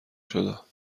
شدم